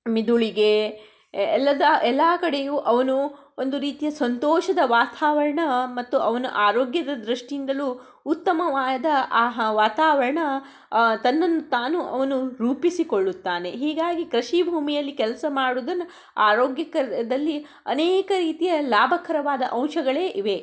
ಮೆದುಳಿಗೆ ಎಲ್ಲಾ ಎಲ್ಲಾ ಕಡೆಯೂ ಅವನು ಒಂದು ರೀತಿಯ ಸಂತೋಷದ ವಾತಾವರಣ ಮತ್ತು ಅವನ ಆರೋಗ್ಯದ ದೃಷ್ಟಿಯಿಂದಲೂ ಉತ್ತಮವಾದ ಆಹಾ ವಾತಾವರಣ ತನ್ನನ್ನು ತಾನು ಅವನು ರೂಪಿಸಿಕೊಳ್ಳುತ್ತಾನೆ ಹೀಗಾಗಿ ಕೃಷಿ ಭೂಮಿಯಲ್ಲಿ ಕೆಲಸ ಮಾಡೋದನ್ನ ಆರೋಗ್ಯಕರದಲ್ಲಿ ಅನೇಕ ರೀತಿಯ ಲಾಭಕರವಾದ ಅಂಶಗಳೇ ಇವೆ